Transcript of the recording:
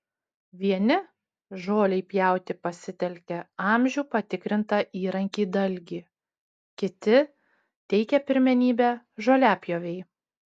vieni žolei pjauti pasitelkia amžių patikrintą įrankį dalgį kiti teikia pirmenybę žoliapjovei